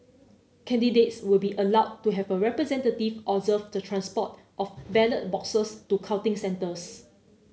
candidates will be allowed to have a representative observe the transport of ballot boxes to counting centres